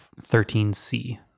13c